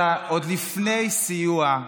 עזה, עוד לפני סיוע,